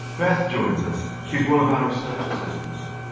beth joins us. she's one of our research assistants.